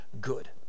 good